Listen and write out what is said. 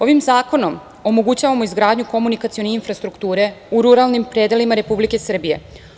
Ovim zakonom omogućavamo izgradnju komunikacione infrastrukture u ruralnim predelima Republike Srbije.